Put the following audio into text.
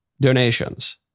donations